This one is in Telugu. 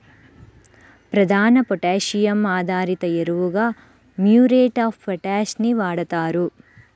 ప్రధాన పొటాషియం ఆధారిత ఎరువుగా మ్యూరేట్ ఆఫ్ పొటాష్ ని వాడుతారు